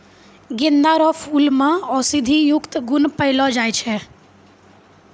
गेंदा रो फूल मे औषधियुक्त गुण पयलो जाय छै